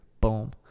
Boom